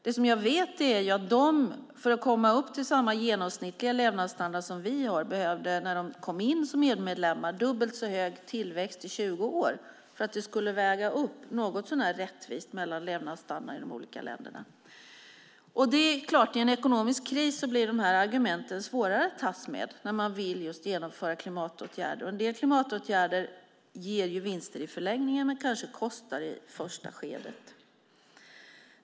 Det som jag vet är att de för att komma upp till samma genomsnittliga levnadsstandard som vi har behövde dubbelt så hög tillväxt i 20 år när de kom in som EU-medlemmar för att levnadsstandarden skulle väga något så när jämnt och vara rättvis mellan de olika länderna. I en ekonomisk kris är det klart att de här argumenten blir svårare att tas med när man vill genomföra klimatåtgärder. En del klimatåtgärder ger ju vinster i förlängningen men kanske kostar i första skedet.